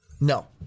No